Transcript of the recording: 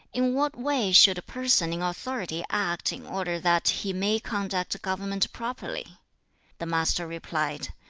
in what way should a person in authority act in order that he may conduct government properly the master replied,